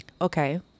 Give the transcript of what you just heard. Okay